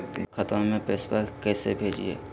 दोसर खतबा में पैसबा कैसे भेजिए?